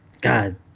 God